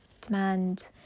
demand